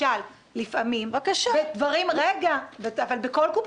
אנחנו נותנים סדנאות מסוימות לאוכלוסיות מסוימות,